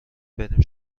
بریم